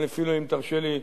אפילו אם תרשה לי,